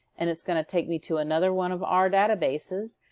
and it's gonna take me to another one of our databases.